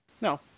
no